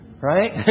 right